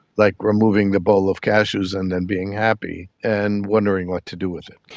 like removing the bowl of cashews and then being happy and wondering what to do with it.